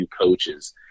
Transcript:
coaches